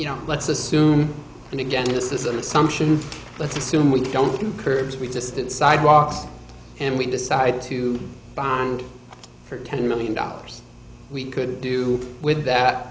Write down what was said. you know let's assume and again this is an assumption let's assume we don't do curves we just get sidewalks and we decide to bond for ten million dollars we could do with that